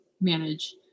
manage